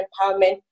empowerment